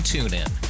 TuneIn